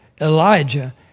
Elijah